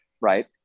right